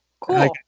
cool